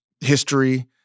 history